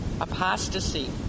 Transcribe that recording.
Apostasy